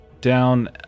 down